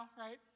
right